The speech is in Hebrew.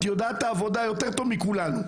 את יודעת את העבודה יותר טוב מכולנו.